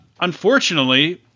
unfortunately